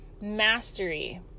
mastery